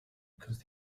because